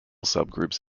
subgroups